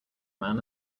man